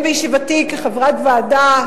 הן בישיבתי כחברת ועדה,